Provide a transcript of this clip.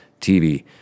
TV